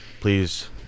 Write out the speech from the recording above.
Please